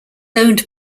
owned